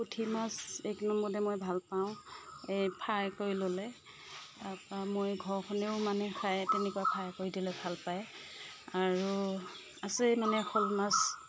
পুঠি মাছ এক নম্বৰতে মই ভাল পাওঁ এই ফ্ৰাই কৰি ল'লে তাৰ পৰা মোৰ এই ঘৰখনেও মানে খায় তেনেকুৱা ফ্ৰাই কৰি দিলে ভাল পায় আৰু আছে মানে শ'ল মাছ